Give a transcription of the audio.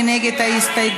מי נגד ההסתייגות?